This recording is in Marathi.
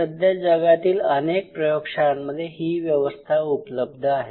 सध्या जगातील अनेक प्रयोगशाळांमध्ये ही व्यवस्था उपलब्ध आहे